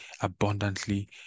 abundantly